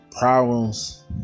Problems